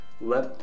let